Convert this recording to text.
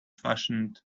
fashioned